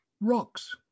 rocks